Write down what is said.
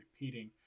repeating